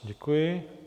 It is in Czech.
Děkuji.